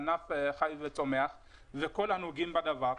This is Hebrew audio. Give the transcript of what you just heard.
ענף החי והצומח וכל הנוגעים בדבר,